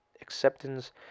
acceptance